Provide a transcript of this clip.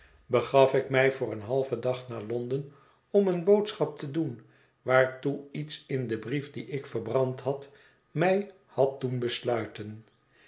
begaf ik mij voor een halven dag naar londen om een boodschap te doen waartoe iets in den brief dien ik verbrand had mij had doen besluiten